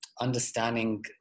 understanding